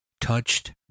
touched